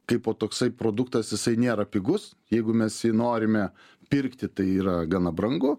kaipo toksai produktas jisai nėra pigus jeigu mes jį norime pirkti tai yra gana brangu